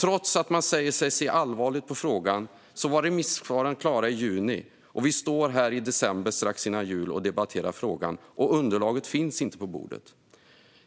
Trots att han säger sig se allvarligt på frågan var remissförfarandena klara i juni, och vi står här nu i december, strax före jul, och debatterar frågan. Och underlaget finns inte på bordet.